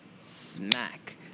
smack